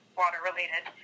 water-related